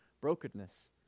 brokenness